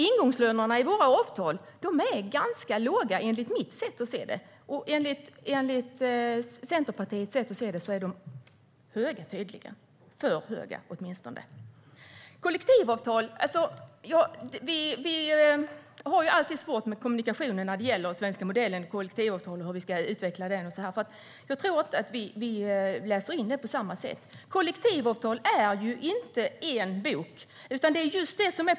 Ingångslönerna i våra avtal är ganska låga, enligt mitt sätt att se det. Enligt Centerpartiets sätt att se det är de tydligen höga, åtminstone för höga. Vi har ju alltid svårt med kommunikationerna när det gäller den svenska modellen, kollektivavtal och hur vi ska utveckla dessa. Vi uppfattar det nog inte på samma sätt. Kollektivavtal ryms inte i en bok.